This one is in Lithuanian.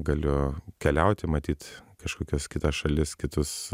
galiu keliauti matyt kažkokias kitas šalis kitus